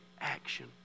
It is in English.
action